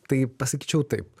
tai pasakyčiau taip